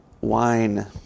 wine